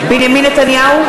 נתניהו,